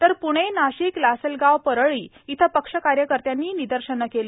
तर पूणे नाशिक लासलगाव परळी इथं पक्ष कार्यकर्त्यांनी निर्दशनं केली